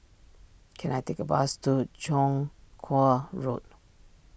can I take a bus to Chong Kuo Road